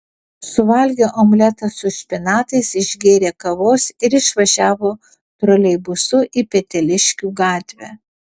suvalgė omletą su špinatais išgėrė kavos ir išvažiavo troleibusu į peteliškių gatvę